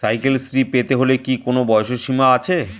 Cycle শ্রী পেতে হলে কি কোনো বয়সের সীমা আছে?